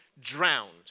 drowned